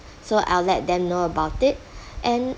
so I'll let them know about it and